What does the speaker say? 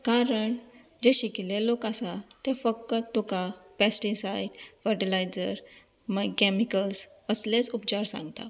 कारण जे शिकिल्ले लोक आसात फकत तुका पेस्टीसायड फर्टिलायजर मागीर कॅमिकल्स असलेच उपचार सांगतात